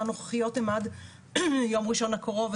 התקנות הנוכחיות הן עד יום ראשון הקרוב,